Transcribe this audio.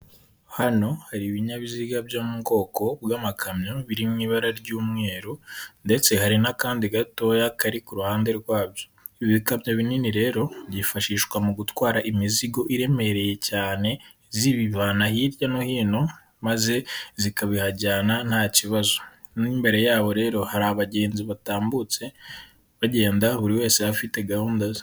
Hano hari ibinyabiziga byo mu bwoko bw'amakamyo biri mu ibara ry'umweru ndetse hari n'akandi gatoya kari ku ruhande rwabyo, ibi bikamyo binini rero byifashishwa mu gutwara imizigo iremereye cyane, zibivana hirya no hino maze zikabihajyana nta kibazo, mu imbere yabo rero hari abagenzi batambutse bagenda buri wese afite gahunda ze.